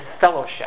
fellowship